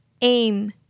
aim